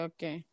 Okay